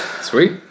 Sweet